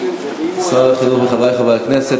שר החינוך וחברי חברי הכנסת,